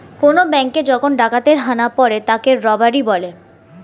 কোন ব্যাঙ্কে যখন ডাকাতের হানা পড়ে তাকে রবারি বলে